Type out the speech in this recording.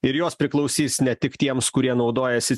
ir jos priklausys ne tik tiems kurie naudojasi